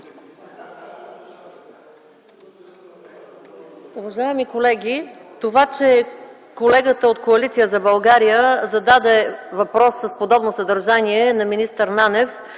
Уважаеми колеги, това, че колегата от Коалиция за България зададе въпрос с подобно съдържание на министър Нанев,